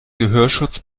gehörschutz